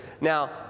Now